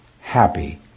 happy